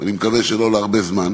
אני מקווה שלא להרבה זמן.